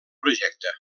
projecte